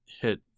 hit